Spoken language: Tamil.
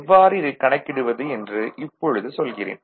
எவ்வாறு இதை கணக்கிடுவது என்று இப்பொழுது சொல்கிறேன்